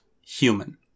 human